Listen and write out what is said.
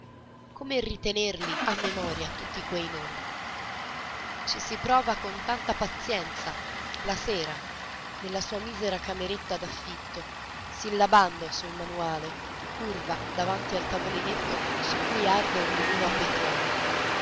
come ritenerli a memoria tutti quei nomi ci si prova con tanta pazienza la sera nella sua misera cameretta d'affitto sillabando sul manuale curva davanti al tavolinetto su cui arde un lumino a petrolio